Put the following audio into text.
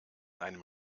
einem